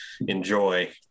Enjoy